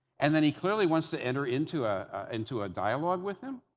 and then, he clearly wants to enter into ah into a dialogue with him.